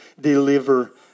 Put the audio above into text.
deliver